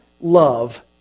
love